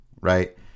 right